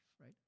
right